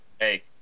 Hey